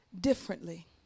differently